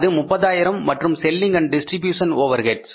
அது 30 ஆயிரம் மற்றும் செல்லிங் அண்ட் டிஸ்ட்ரிபியூஷன் ஓவர்ஹெட்ஸ்